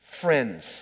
friends